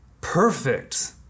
perfect